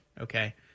Okay